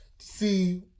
see